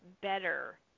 better